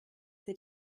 they